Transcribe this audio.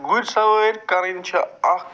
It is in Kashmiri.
گُرۍ سوٲرۍ کَرٕنۍ چھِ اکھ